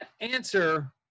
answer